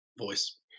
Voice